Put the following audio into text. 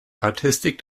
artistic